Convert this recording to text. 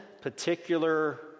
particular